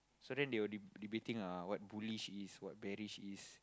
so then they will de~ debating uh what bullish is what bearish is